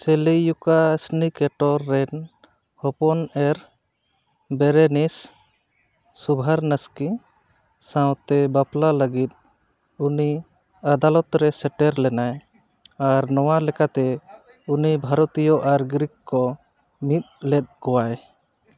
Seleucus Nicator ᱨᱮᱱ ᱦᱚᱯᱚᱱ ᱮᱨ ᱵᱮᱨᱮᱱᱤᱥ ᱥᱩᱵᱷᱟᱨᱱᱟᱥᱠᱤ ᱥᱟᱶᱛᱮ ᱵᱟᱯᱞᱟ ᱞᱟᱜᱤᱫ ᱩᱱᱤ ᱟᱫᱟᱞᱚᱛ ᱨᱮ ᱥᱮᱴᱮᱨ ᱞᱮᱱᱟᱭ ᱟᱨ ᱱᱚᱣᱟ ᱞᱮᱠᱟᱛᱮ ᱩᱱᱤ ᱵᱷᱟᱨᱚᱛᱤᱭᱚ ᱟᱨ ᱜᱨᱤᱠ ᱠᱚ ᱢᱤᱫ ᱞᱮᱫ ᱠᱚᱣᱟᱭ